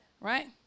right